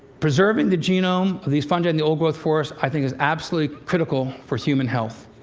preserving the genome of these fungi in the old-growth forest i think is absolutely critical for human health.